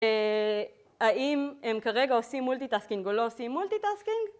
האם הם כרגע עושים מולטיטאסקינג או לא עושים מולטיטאסקינג,